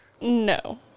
No